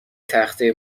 تخته